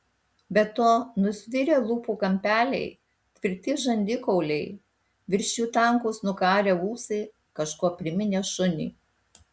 be to nusvirę lūpų kampeliai tvirti žandikauliai virš jų tankūs nukarę ūsai kažkuo priminė šunį